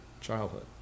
childhood